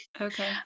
Okay